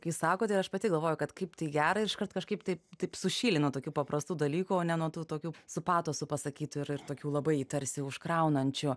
kai sakot ir aš pati galvoju kad kaip tai gera ir iškart kažkaip taip taip sušyli nuo tokių paprastų dalykų o ne nuo tų tokių su patosu pasakytų ir ir tokių labai tarsi užkraunančių